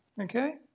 Okay